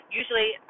usually